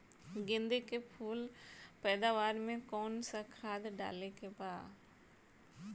गेदे के फूल पैदवार मे काउन् सा खाद डाले के बा?